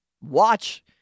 watch